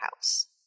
house